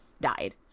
died